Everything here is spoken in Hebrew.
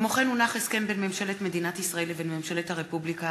הסכם בין ממשלת מדינת ישראל לבין ממשלת הרפובליקה